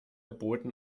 boten